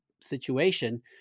situation